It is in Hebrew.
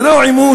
זה לא עימות,